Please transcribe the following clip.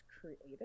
created